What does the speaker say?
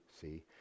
See